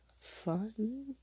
Fun